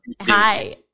Hi